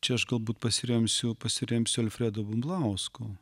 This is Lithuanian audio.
čia aš galbūt pasiremsiu pasiremsiu alfredu bumblausku